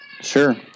Sure